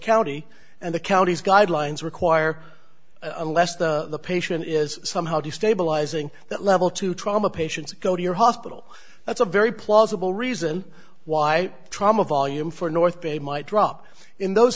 county and the county's guidelines require unless the patient is somehow destabilizing that level two trauma patients go to your hospital that's a very plausible reason why trauma volume for north bay might drop in those